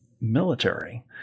military